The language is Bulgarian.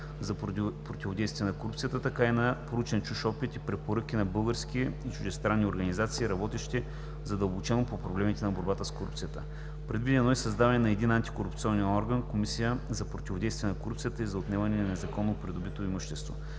за противодействие на корупцията, така и на проучен чужд опит и препоръки на български и чуждестранни организации, работещи задълбочено по проблемите на борбата с корупцията. Предвидено е създаването на единен антикорупционен орган – Комисия за противодействие на корупцията и за отнемане на незаконно придобито имущество.